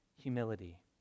humility